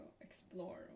explore